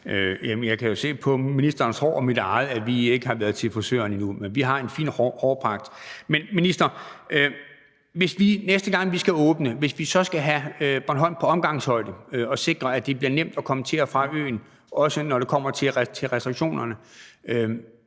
Jeg kan jo se på ministerens hår og mit eget, at vi ikke har været til frisøren endnu, men vi har en fin hårpragt. Men minister, hvis vi, næste gang vi skal åbne, så skal have Bornholm på omgangshøjde og sikre, at det bliver nemt at komme til og fra øen, også når det kommer til restriktionerne,